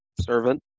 servant